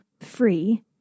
free